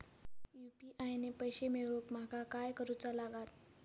UPI ने पैशे मिळवूक माका काय करूचा लागात?